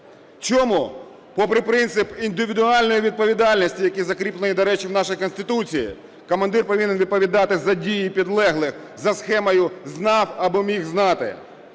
Чому попри принцип індивідуальної відповідальності, який закріплений, до речі, в нашій Конституції, командир повинен відповідати за дії підлеглих за схемою "знав або міг знати"?